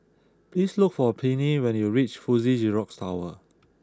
please look for Pinkney when you reach Fuji Xerox Tower